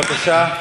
בבקשה.